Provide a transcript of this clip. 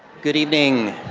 good evening